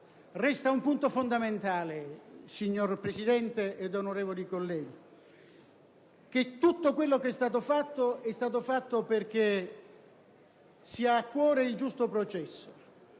Resta un punto fondamentale, signor Presidente ed onorevoli colleghi: tutto quello che è stato fatto è stato realizzato perché si ha a cuore il giusto processo,